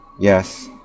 Yes